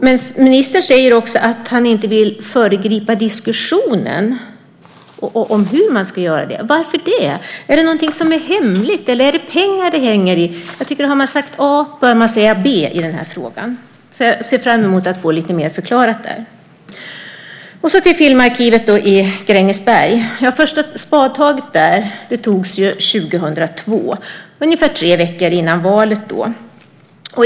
Men ministern säger också att han inte vill föregripa diskussionen om hur man ska göra det. Varför det? Är det någonting som är hemligt? Är det pengar det hänger på? Jag tycker att har man sagt A bör man säga B i den här frågan. Jag ser fram mot att få det lite mer förklarat. Så till Filmarkivet i Grängesberg. Första spadtaget togs 2002, ungefär tre veckor före valet.